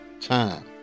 time